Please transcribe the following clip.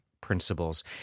principles